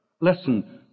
Listen